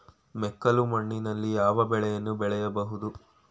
ಮೆಕ್ಕಲು ಮಣ್ಣಿನಲ್ಲಿ ಯಾವ ಬೆಳೆಯನ್ನು ಬೆಳೆಯಬಹುದು?